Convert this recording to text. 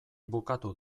bukatu